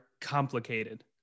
complicated